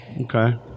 Okay